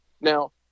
now